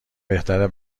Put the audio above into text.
بهتره